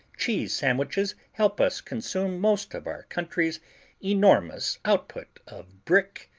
cheese sandwiches help us consume most of our country's enormous output of brick,